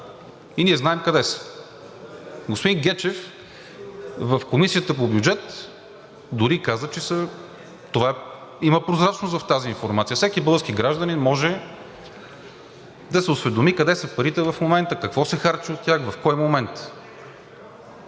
и ние знаем къде са. Господин Гечев в Комисията по бюджет дори каза, че има прозрачност в тази информация, че всеки български гражданин може да се осведоми къде са парите в момента, какво се харчи от тях, в кой момент.